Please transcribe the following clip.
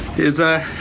is a